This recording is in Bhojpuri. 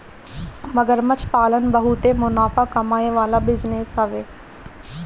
मगरमच्छ पालन बहुते मुनाफा कमाए वाला बिजनेस हवे